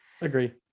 Agree